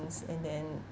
and then